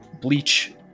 Bleach